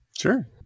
Sure